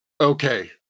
okay